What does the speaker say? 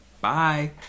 bye